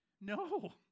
No